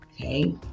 okay